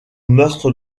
meurtre